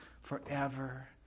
forever